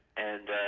and